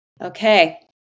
Okay